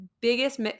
biggest